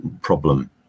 problem